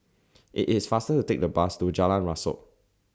IT IS faster to Take The Bus to Jalan Rasok